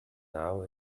now